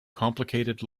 complicated